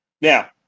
Now